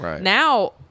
now